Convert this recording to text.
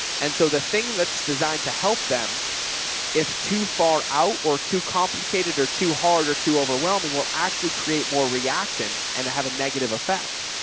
and so the thing that's designed to help them if too far out, or too complicated or too hard or too overwhelming, will actually create more reactants and have a negative effect.